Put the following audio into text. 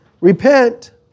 repent